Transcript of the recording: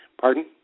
Pardon